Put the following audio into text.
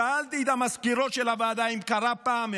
שאלתי את המזכירות של הוועדה אם קרה פעם,